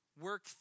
work